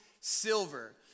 silver